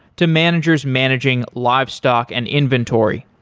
to managers managing livestock and inventory.